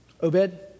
Obed